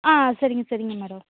ஆ சரிங்க சரிங்க மேடோம்